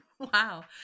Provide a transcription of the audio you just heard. Wow